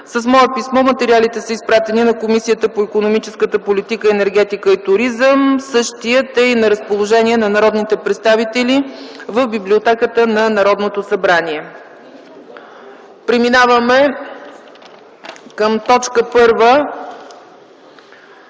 С мое писмо материалите са изпратени на Комисията по икономическата политика, енергетика и туризъм. Същите са и на разположение на народните представители в Библиотеката на Народното събрание. Преминаваме към точка първа,